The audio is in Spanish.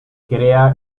crea